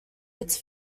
its